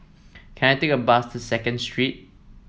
can I take a bus to Second Street